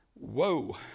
Whoa